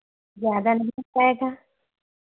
ज़्यादा नहीं हो पाएगा